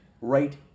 right